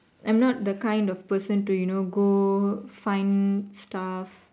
I'm not the kind of person to you know go find stuff